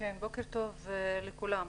בוקר טוב לכולם.